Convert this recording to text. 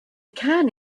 can